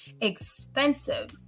expensive